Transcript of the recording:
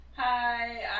Hi